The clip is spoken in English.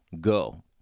go